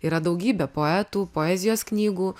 yra daugybė poetų poezijos knygų